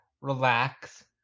Relax